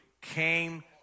came